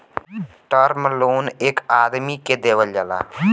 term loan एक आदमी के देवल जाला